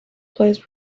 place